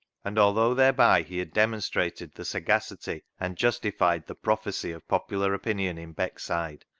and although thereby he had demonstrated the sagacity and justified the prophecy of popular opinion in beckside,